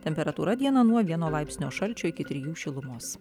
temperatūra dieną nuo vieno laipsnio šalčio iki trijų šilumos